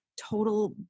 total